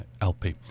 LP